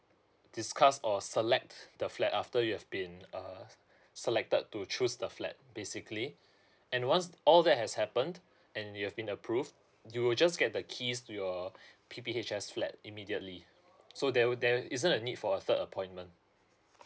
discuss or select the flat after you have been err selected to choose the flat basically and once all that has happened and you have been approved you will just get the keys to your P_P_H_S flat immediately so there would there isn't a need for a third appointment